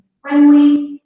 friendly